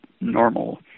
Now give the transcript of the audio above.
normal